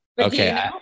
okay